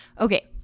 Okay